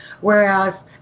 whereas